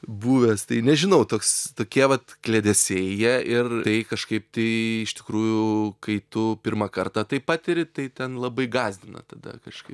buvęs tai nežinau toks tokie vat kliedesiai jie ir tai kažkaip tai iš tikrųjų kai tu pirmą kartą tai patiri tai ten labai gąsdina tada kažkai